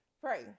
pray